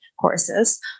courses